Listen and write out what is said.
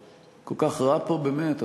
כל כך רע פה באמת?